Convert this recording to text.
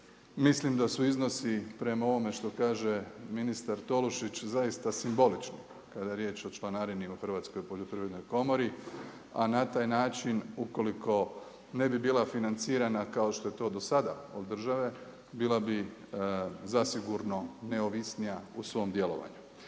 Mislim da su iznosi prema ovome što kaže ministar Tolušić zaista simbolični kada je riječ o članarini u Hrvatskoj poljoprivrednoj komori, a na taj način ukoliko ne bi bila financirana kao što je to do sada od države, bila bi zasigurno neovisnija u svom djelovanju.